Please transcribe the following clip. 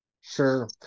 Sure